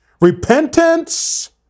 repentance